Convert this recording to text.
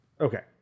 okay